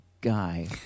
guy